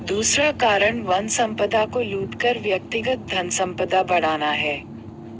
दूसरा कारण वन संपदा को लूट कर व्यक्तिगत धनसंपदा बढ़ाना है